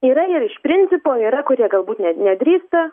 yra ir iš principo yra kurie galbūt ne nedrįsta